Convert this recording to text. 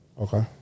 Okay